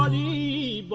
e but